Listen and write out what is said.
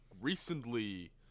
recently